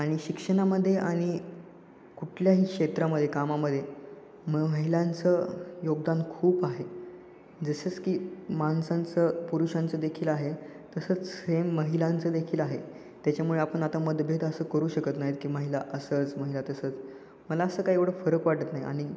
आणि शिक्षणामध्ये आणि कुठल्याही क्षेत्रामध्ये कामामध्ये म महिलांचं योगदान खूप आहे जसंच की माणसांचं पुरुषांचं देखील आहे तसंच सेम महिलांचं देखील आहे त्याच्यामुळे आपण आता मतभेद असं करू शकत नाहीत की महिला असंच महिला तसंच मला असं काही एवढं फरक वाटत नाही आणि